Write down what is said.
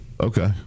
Okay